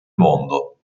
mondo